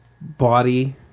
Body